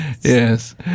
Yes